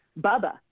Bubba